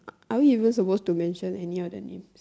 are we even supposed to mention any other name